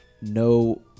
no